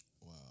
Wow